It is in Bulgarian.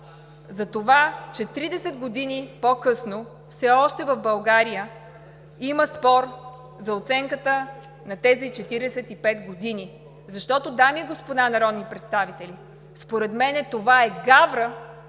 затова, че 30 години по-късно все още в България има спор за оценката на тези 45 години. Защото, дами и господа народни представители, според мен това е гавра